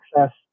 access